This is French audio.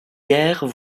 guerre